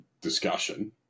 discussion